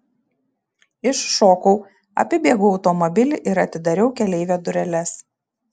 iššokau apibėgau automobilį ir atidariau keleivio dureles